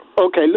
Okay